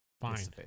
Fine